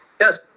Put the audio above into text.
yes